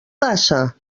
passa